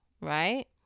Right